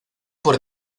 por